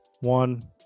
one